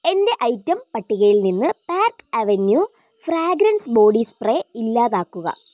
എന്റെ ഐറ്റം പട്ടികയിൽ നിന്ന് Park Avenue fragrance body spray ഇല്ലാതാക്കുക